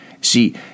See